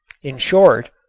in short,